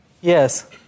Yes